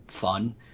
fun